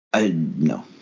no